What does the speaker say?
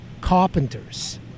carpenters